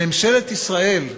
ממשלת ישראל,